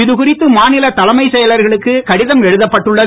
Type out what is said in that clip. இதுகுறித்து மாநில தலைமைச் செயலர்களுக்கு கடிதம் எழுதப்பட்டுள்ளது